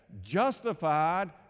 justified